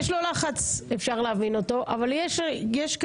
יש לו לחץ, אפשר להבין אותו, אבל יש אימהות,